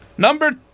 Number